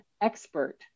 expert